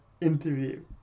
interview